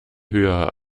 höher